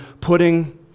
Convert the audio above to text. putting